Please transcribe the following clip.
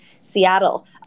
Seattle